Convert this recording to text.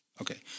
Okay